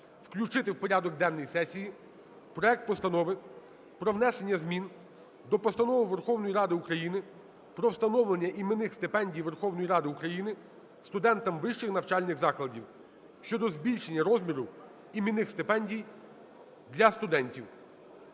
включити у порядок денний сесії проект Постанови про внесення змін до Постанови Верховної Ради "Про встановлення іменних стипендій Верховної Ради України студентам вищих навчальних закладів" щодо збільшення розміру іменних стипендій для студентів